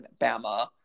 Bama